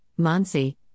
Monsey